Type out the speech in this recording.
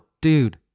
dude